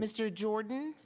mr jordan